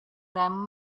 them